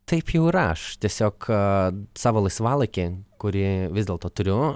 taip jau yra aš tiesiog savo laisvalaikį kurį vis dėlto turiu